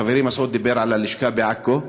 חברי מסעוד דיבר על הלשכה בעכו,